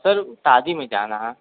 sir शादी में जाना है